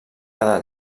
cada